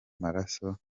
maraso